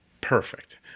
perfect